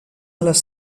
les